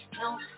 no